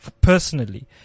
personally